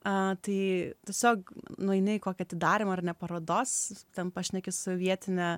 tai tiesiog nueini į kokį atidarymą ar ne parodos ten pašneki su vietine